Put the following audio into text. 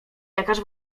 lekarz